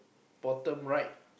bottom right